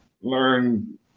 learn